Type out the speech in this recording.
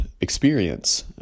experience